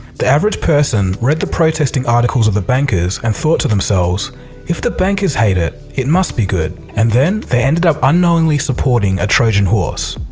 the average person read the protesting articles of the bankers and thought to themselves if the bankers hate it, it must be good and then they ended up unknowingly supporting a trojan horse.